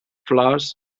flors